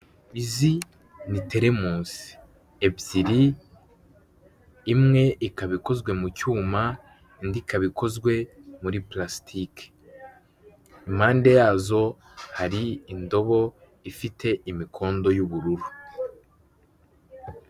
Izi ni teremusi ebyiri, imwe ikaba ikozwe mu cyuma indi ikaba ikozwe muri pulasitike, impande yazo hari indobo ifite imikondo y'ubururu.